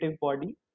body